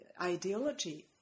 ideology